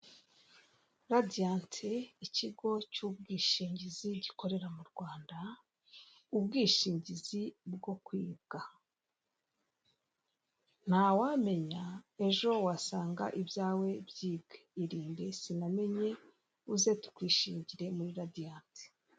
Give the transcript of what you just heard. Radiyanti ikigo cy'ubwishingizi gikorera mu Rwanda ,ubwishingizi bwo kwibwa, ntawamenya ejo wasanga ibyawe byibwe, irinde sinamenye uze tukwishingire muri radiyanti.